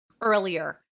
earlier